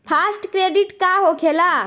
Fast credit का होखेला?